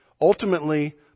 Ultimately